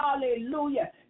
hallelujah